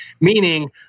Meaning